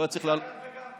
גם וגם.